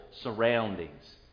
surroundings